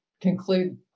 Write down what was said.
conclude